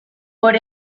por